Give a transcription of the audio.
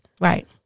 Right